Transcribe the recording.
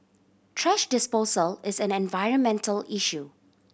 thrash disposal is an environmental issue